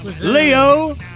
Leo